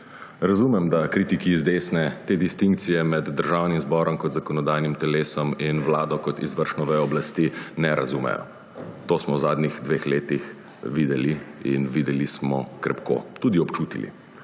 Razumem, da kritiki z desne te distinkcije med Državnim zborom kot zakonodajnim telesom in Vlado kot izvršno vejo oblasti ne razumejo. To smo v zadnjih dveh letih videli in videli smo krepko, tudi občutili.